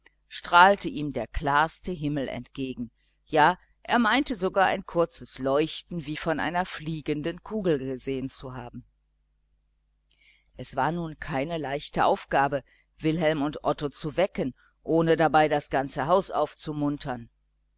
strahlte ihm der klarste himmel entgegen ja er meinte sogar ein kurzes leuchten wie von einer fliegenden kugel gesehen zu haben es war nun keine kleine aufgabe wilhelm und otto zu wecken ohne dabei das ganze haus aufzumuntern